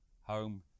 home